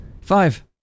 Five